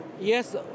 Yes